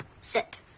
Sit